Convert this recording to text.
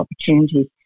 opportunities